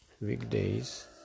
weekdays